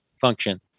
function